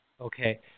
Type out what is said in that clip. Okay